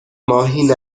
ماهی